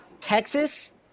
Texas